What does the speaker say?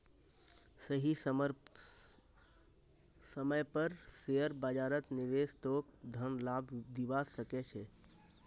सही समय पर शेयर बाजारत निवेश तोक धन लाभ दिवा सके छे